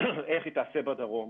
איך היא תיעשה בדרום.